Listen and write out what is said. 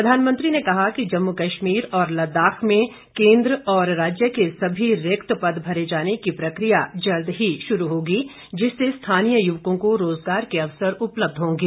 प्रधानमंत्री ने कहा कि जम्मू कश्मीर और लद्दाख में केन्द्र व राज्य के सभी रिक्त पद भरे जाने की प्रक्रिया जल्द ही शुरू होगी जिससे स्थानीय युवकों को रोजगार के अवसर उपलब्ध होंगे